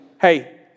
hey